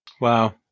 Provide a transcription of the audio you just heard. Wow